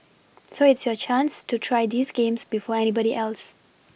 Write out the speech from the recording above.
so it's your chance to try these games before anybody else